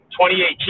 2018